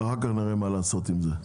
אחר כך נראה מה לעשות עם זה.